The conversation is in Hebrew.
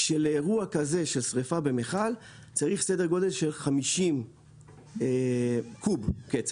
לאירוע כזה של שריפה במיכל צריך סדר גודל של 50 קוב קצף.